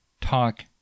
talk